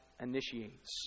initiates